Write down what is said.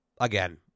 again